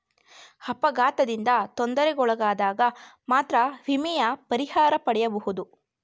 ಅಪಘಾತದಿಂದ ತೊಂದರೆಗೊಳಗಾದಗ ಮಾತ್ರ ವಿಮೆಯ ಪರಿಹಾರ ಪಡೆಯಬಹುದು